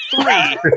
Three